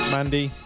Mandy